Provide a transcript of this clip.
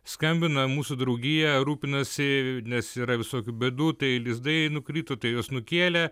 skambina mūsų draugija rūpinasi nes yra visokių bėdų tai lizdai nukrito tai juos nukėlė